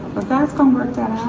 but gods gonna work that